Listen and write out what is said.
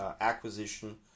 acquisition